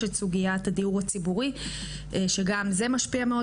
יש את סוגיית הדיור הציבורי שגם זה משפיע מאוד